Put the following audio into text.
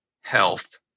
health